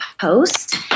post